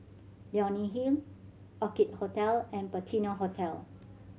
Leonie Hill Orchid Hotel and Patina Hotel